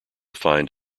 find